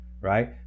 right